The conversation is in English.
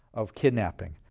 of kidnapping.